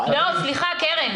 סליחה, קרן.